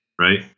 right